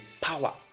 power